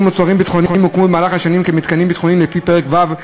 מוצרים ביטחוניים הוקמו במהלך השנים במתקנים ביטחוניים לפי פרק ו'